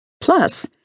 Plus